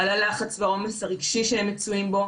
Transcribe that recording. על הלחץ והעומס הרגשי שהם מצויים בו,